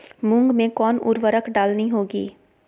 मूंग में कौन उर्वरक डालनी होगी?